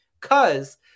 Cause